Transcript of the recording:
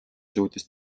suutis